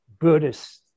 Buddhist